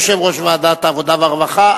יושב-ראש ועדת העבודה והרווחה,